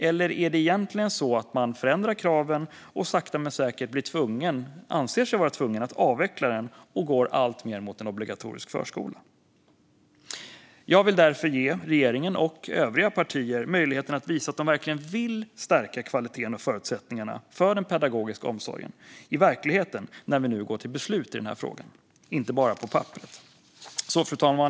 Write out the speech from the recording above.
Eller är det inte egentligen så att man genom att förändra kraven sakta men säkert anser sig vara tvungen att avveckla den och alltmer gå mot en obligatorisk förskola? Jag vill därför ge regeringen och övriga partier möjligheten att visa att de verkligen vill stärka kvaliteten och förutsättningarna för den pedagogiska omsorgen i verkligheten när vi nu går till beslut i frågan, inte bara på papperet. Fru talman!